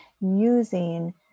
using